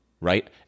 right